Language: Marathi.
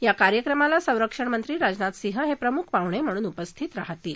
या कार्यक्रमाला संरक्षणमंत्री राजनाथ सिंह हे प्रमुख पाहुणे म्हणून उपस्थित राहतील